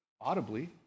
audibly